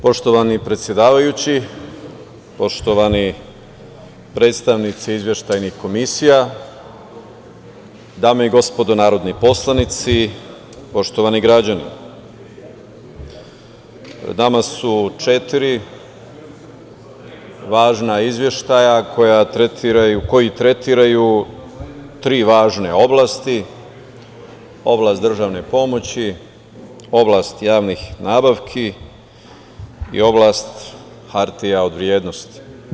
Poštovani predsedavajući, poštovani predstavnici izveštajnih komisija, dame i gospodo narodni poslanici, poštovani građani, pred nama su četiri važna izveštaja koji tretiraju tri važne oblasti, oblast državne pomoći, oblast javnih nabavki i oblast hartija od vrednosti.